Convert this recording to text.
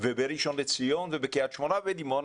ובראשון לציון ובקריית שמונה ובדימונה,